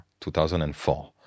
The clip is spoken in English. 2004